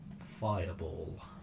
fireball